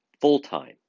full-time